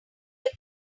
keys